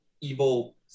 evil